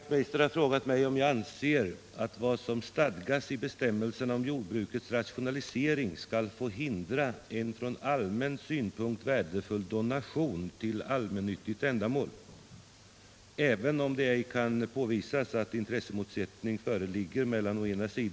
Tid efter annan är det aktuellt att enskilda personer önskar donera jordbruksfastighet till allmännyttigt ändamål för främjande av forskning och försöksverksamhet.